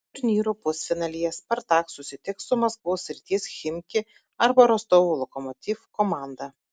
turnyro pusfinalyje spartak susitiks su maskvos srities chimki arba rostovo lokomotiv komanda